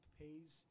pays